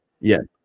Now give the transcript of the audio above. yes